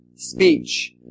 speech